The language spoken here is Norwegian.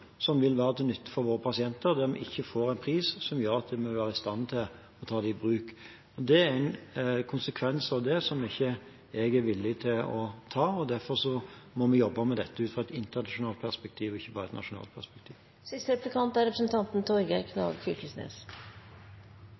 som vil være til nytte for våre pasienter der vi ikke får en pris som gjør at vi vil være i stand til å ta det i bruk. Det er en konsekvens av det som ikke jeg er villig til å ta, og derfor må vi jobbe med dette ut fra et internasjonalt perspektiv og ikke bare et nasjonalt perspektiv.